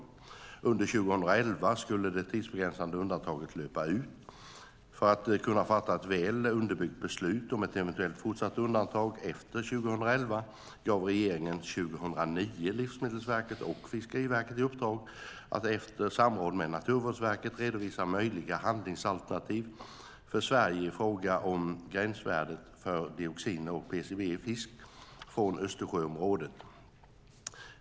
Under 2011 skulle det tidsbegränsade undantaget löpa ut. För att kunna fatta ett väl underbyggt beslut om ett eventuellt fortsatt undantag efter 2011 gav regeringen 2009 Livsmedelsverket och Fiskeriverket i uppdrag att efter samråd med Naturvårdsverket redovisa möjliga handlingsalternativ för Sverige i fråga om gränsvärden för dioxiner och PCB i fisk från Östersjöområdet.